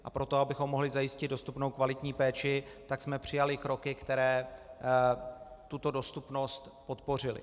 A pro to, abychom mohli zajistit dostupnou kvalitní péči, tak jsme přijali kroky, které tuto dostupnost podpořily.